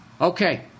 Okay